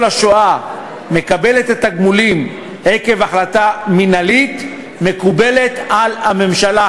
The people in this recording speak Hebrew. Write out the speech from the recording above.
השואה מקבל את התגמולים עקב החלטה מינהלית מקובל על הממשלה,